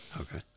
Okay